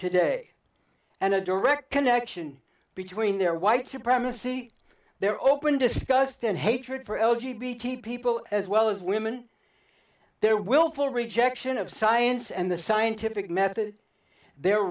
today and a direct connection between their white supremacy their open disgust and hatred for l g b t people as well as women their willful rejection of science and the scientific method their